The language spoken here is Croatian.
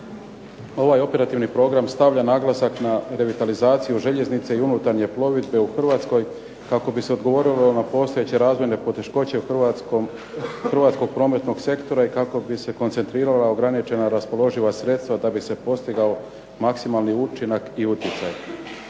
Ovaj operativni sporazum stavlja naglasak na revitalizaciju željeznice i unutarnje plovidbe u Hrvatskoj kako bi se odgovorilo na postojeće razvojne poteškoće hrvatskog prometnog sektora i kako bi se koncentrirala ograničena raspoloživa sredstva da bi se postigao maksimalni učinak i utjecaj.